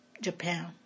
Japan